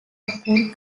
upon